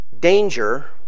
danger